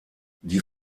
die